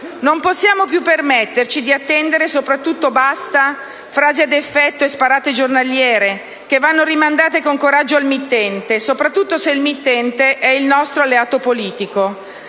Non possiamo più permetterci di attendere; soprattutto, basta frasi ad effetto e sparate giornaliere, che vanno rimandate con coraggio al mittente, in particolare se questo è il nostro alleato politico.